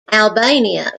albania